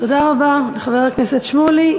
תודה רבה לחבר הכנסת שמולי.